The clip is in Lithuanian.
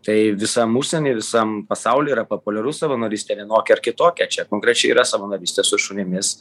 tai visam užsieny visam pasauly yra populiarus savanorystė vienokia ar kitokia čia konkrečiai yra savanorystė su šunimis